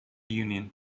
union